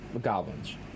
goblins